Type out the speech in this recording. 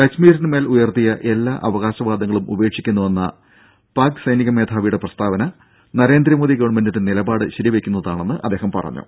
കശ്മീരിനു മേൽ ഉയർത്തിയ എല്ലാ അവകാശ വാദങ്ങളും ഉപേക്ഷിക്കുന്നുവെന്ന പാക് സൈനിക മേധാവിയുടെ പ്രസ്താവന നരേന്ദ്രമോദി ഗവൺമെന്റിന്റെ നിലപാട് ശരിവെയ്ക്കുന്നതാണെന്ന് അദ്ദേഹം പറഞ്ഞു